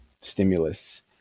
stimulus